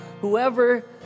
whoever